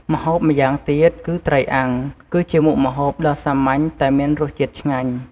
ម្ហូបម៉្យាងទៀត គឺត្រីអាំង គឺជាមុខម្ហូបដ៏សាមញ្ញតែមានរសជាតិឆ្ងាញ់។